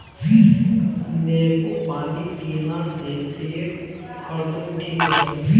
नेबू पानी पियला से पेट हरदम ठीक रही